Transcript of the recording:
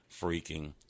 freaking